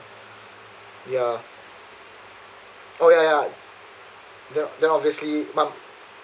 ya oh ya ya ya then then obviously my